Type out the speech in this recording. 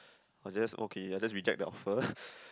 I will just okay I will just reject the offer